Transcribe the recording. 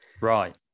right